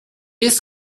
jest